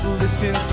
listen